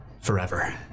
Forever